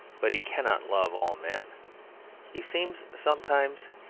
but he cannot love all men he seems, sometimes,